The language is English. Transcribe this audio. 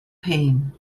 pain